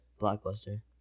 blockbuster